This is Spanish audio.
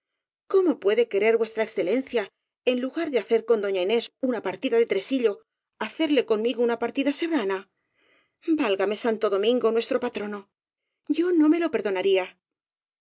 cómo puede querer v e en lugar de hacer con doña inés una partida de tresillo hacerle conmigo una partida serrana vál game santo domingo nuestro patrono yo no me lo perdonaría